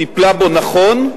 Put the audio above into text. טיפלה בו נכון,